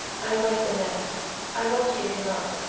i am like the men i won't give him up.